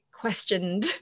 questioned